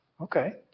Okay